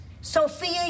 Sophia